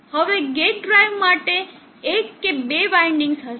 હવે gate drive માટે એક કે બે વાઈન્ડિંગ્સ હશે